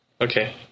Okay